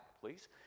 please